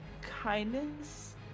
kindness